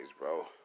bro